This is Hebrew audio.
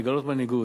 לגלות מנהיגות,